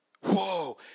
whoa